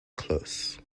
close